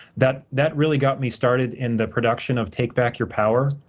that that really got me started in the production of take back your power.